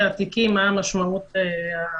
זה.